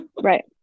right